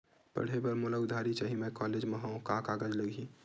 पढ़े बर मोला उधारी चाही मैं कॉलेज मा हव, का कागज लगही?